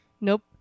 Nope